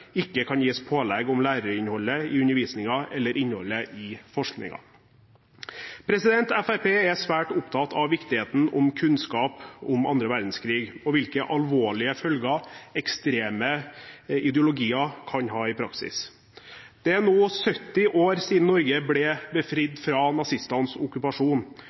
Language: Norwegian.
ikke kan gis pålegg om læreinnholdet i undervisningen eller innholdet i forskningen. Fremskrittspartiet er svært opptatt av viktigheten av kunnskap om annen verdenskrig og hvilke alvorlige følger ekstreme ideologier kan få i praksis. Det er nå 70 år siden Norge ble befridd fra nazistenes okkupasjon.